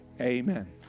Amen